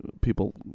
people